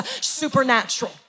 supernatural